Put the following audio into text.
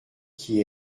qui